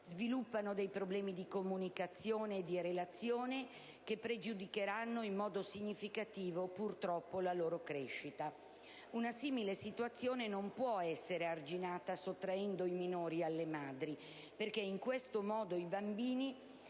sviluppano inoltre dei problemi di comunicazione e di relazione, che pregiudicheranno purtroppo in modo significativo la loro crescita. Una simile situazione non può essere arginata sottraendo i minori alle loro madri, perché in questo modo i bambini